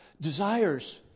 desires